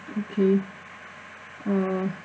okay uh